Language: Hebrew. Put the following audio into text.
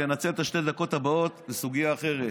אני רוצה לנצל את שתי הדקות הבאות לסוגיה אחרת.